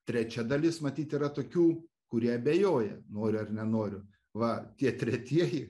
trečia dalis matyt yra tokių kurie abejoja noriu ar nenoriu va tie tretieji